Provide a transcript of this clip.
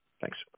Thanks